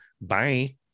bye